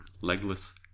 Legless